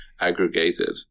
aggregated